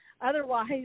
otherwise